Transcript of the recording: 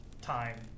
time